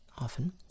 often